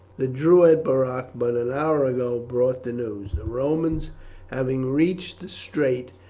the druid boroc but an hour ago brought the news. the romans having reached the strait,